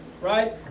right